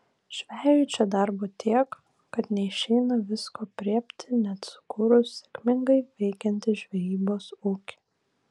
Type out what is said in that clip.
žvejui čia darbo tiek kad neišeina visko aprėpti net sukūrus sėkmingai veikiantį žvejybos ūkį